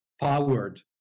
powered